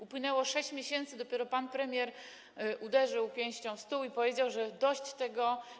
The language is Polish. Upłynęło 6 miesięcy i dopiero pan premier uderzył pięścią w stół i powiedział, że dość tego.